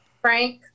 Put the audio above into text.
Frank